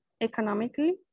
economically